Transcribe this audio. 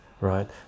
right